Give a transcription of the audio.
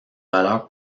valeur